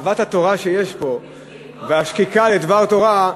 אהבת התורה שיש פה והשקיקה לדבר תורה,